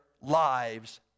lives